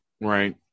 right